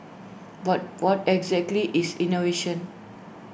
but what exactly is innovation